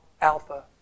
alpha